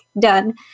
done